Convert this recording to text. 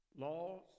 Laws